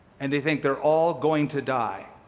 and they think they're all going to die,